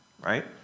right